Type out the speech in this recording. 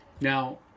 Now